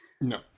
no